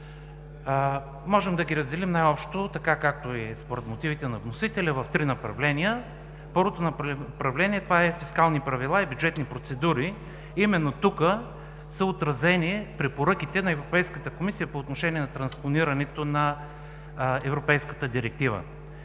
Можем да ги разделим най-общо, така както е и според мотивите на вносителя, в три направления. Първото направление е „Фискални правила и бюджетни процедури“. Именно тук са отразени препоръките на Европейската комисия по отношение на транспонирането на Европейската директива.